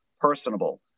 personable